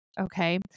Okay